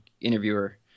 interviewer